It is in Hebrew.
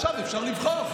עכשיו אפשר לבחור.